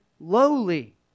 lowly